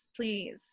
please